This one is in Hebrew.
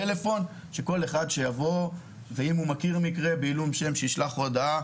פלאפון ייעודי כך שכל אחד יוכל לשלוח הודעה